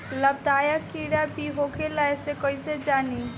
लाभदायक कीड़ा भी होखेला इसे कईसे जानी?